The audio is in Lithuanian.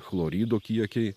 chlorido kiekiai